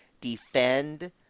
defend